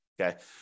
Okay